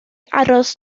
aros